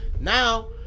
Now